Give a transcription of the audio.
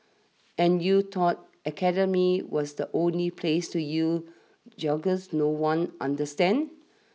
and you thought academia was the only place to use jargons no one understands